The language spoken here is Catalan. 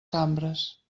cambres